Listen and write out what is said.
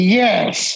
yes